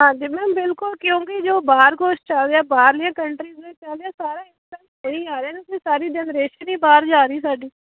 ਹਾਂਜੀ ਮੈਮ ਬਿਲਕੁਲ ਕਿਉਂਕਿ ਜੋ ਬਾਹਰ ਕੁਸ਼ ਚ ਆ ਗਿਆ ਬਾਹਰਲੀਆਂ ਕੰਟਰੀ 'ਚ ਚੱਲ ਰਿਹਾ ਉਹ ਸਾਰਾ ਹੀ ਆ ਰਿਹਾ ਤੁਸੀਂ ਸਾਰੇ ਜਨਰੇਸ਼ਨ ਹੀ ਬਾਹਰ ਜਾ ਰਹੀ ਸਾਡੀ